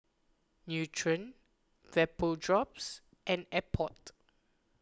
Nutren Vapodrops and Abbott